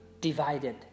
divided